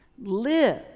live